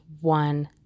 one